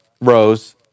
Rose